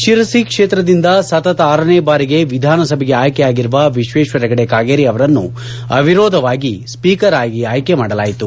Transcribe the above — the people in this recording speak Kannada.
ಶಿರಸಿ ಕ್ಷೇತ್ರದಿಂದ ಸತತ ಆರನೇ ಬಾರಿಗೆ ವಿಧಾನಸಭೆಗೆ ಆಯ್ಕೆಯಾಗಿರುವ ವಿಶ್ವೇಶ್ವರ ಹೆಗಡೆ ಕಾಗೇರಿ ಅವರನ್ನು ಅವಿರೋಧವಾಗಿ ಸ್ಪೀಕರ್ ಆಗಿ ಆಯ್ಕೆ ಮಾಡಲಾಯಿತು